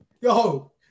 Yo